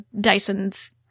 Dyson's